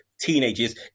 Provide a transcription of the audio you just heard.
teenagers